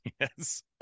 yes